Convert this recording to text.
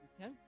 Okay